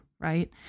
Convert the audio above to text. right